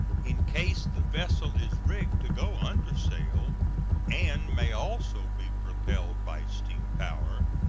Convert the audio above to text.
in case the vessel is rigged to go under sail and may also be propelled by steam power,